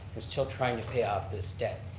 still trying to pay off this debt.